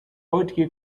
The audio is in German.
heutige